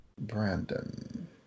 Brandon